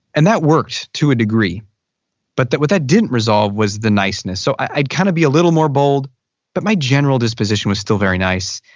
and that works to a degree but what that didn't resolve was the niceness. so i kind of be a little more bold but my general disposition was still very nice.